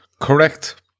Correct